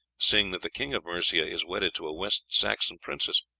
seeing that the king of mercia is wedded to a west saxon princess,